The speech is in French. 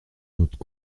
notre